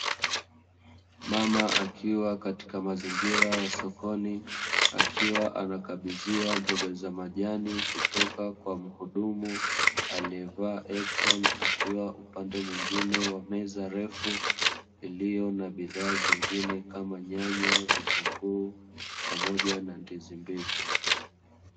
Mama akiwa katika mazingira ya sokoni akiwa anakabidhiwa mboga za majani kutoka kwa mhudumu aliyevaa aproni, akiwa upande mwingine wa meza refu iliyo na bidhaa zingine kama: nyanya, vitunguu, pamoja na ndizi mbivu.